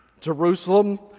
Jerusalem